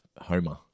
Homer